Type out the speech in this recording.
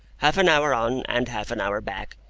half an hour on and half an hour back,